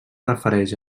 refereix